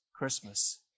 Christmas